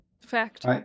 fact